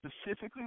specifically